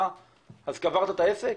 אז קברת את העסק?